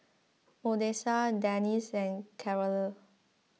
Odessa Denice and Carole